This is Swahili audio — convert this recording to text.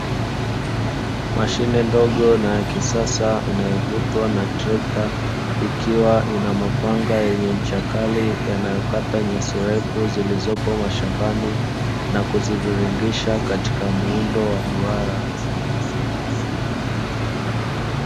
Mashine ndogo na ya kisasa inayovutwa na trekta, ikiwa ina mapanga yenye ncha kali yanayokata nyasi ndefu zilizopo mashambani, na kuziviringisha katika muundo wa duara.